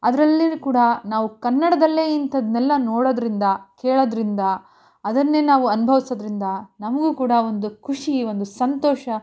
ಅದರಲ್ಲಿ ಕೂಡ ನಾವು ಕನ್ನಡದಲ್ಲೇ ಇಂಥದನ್ನೆಲ್ಲ ನೋಡೋದರಿಂದ ಕೇಳೋದ್ರಿಂದ ಅದನ್ನೇ ನಾವು ಅನುಭವ್ಸೋದ್ರಿಂದ ನಮ್ಗೂ ಕೂಡ ಒಂದು ಖುಷಿ ಒಂದು ಸಂತೋಷ